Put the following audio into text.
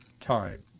time